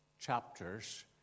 chapters